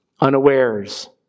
unawares